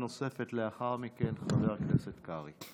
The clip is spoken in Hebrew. לאחר מכן שאלה נוספת לחבר הכנסת קרעי.